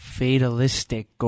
fatalistic